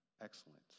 excellence